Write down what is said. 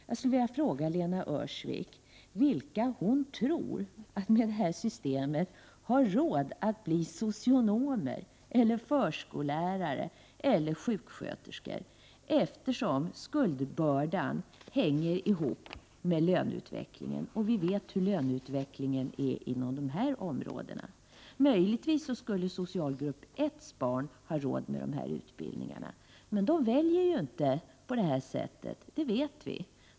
Jag skulle vilja fråga Lena Öhrsvik vilka hon tror har råd att bli socionomer, förskollärare eller sjuksköterskor med detta system, eftersom skuldbördan hänger ihop med löneutvecklingen, och vi vet hur löneutvecklingen är inom dessa områden. Möjligen skulle barn från socialgrupp 1 ha råd med dessa utbildningar, men de väljer ju inte dessa utbildningar, det vet vi.